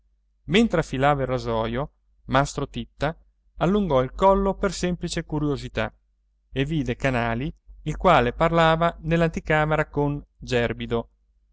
mentre affilava il rasoio mastro titta allungò il collo per semplice curiosità e vide canali il quale parlava nell'anticamera con gerbido